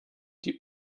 die